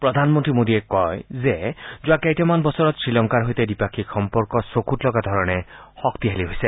প্ৰধানমন্ত্ৰী মোদীয়ে কয় যে যোৱা কেইটামান বছৰত শ্ৰীলংকাৰ সৈতে দ্বিপাক্ষিক সম্পৰ্ক চকৃত লগা ধৰণে শক্তিশালী হৈছে